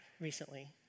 recently